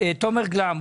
תומר גלאם,